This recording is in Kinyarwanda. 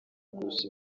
kurusha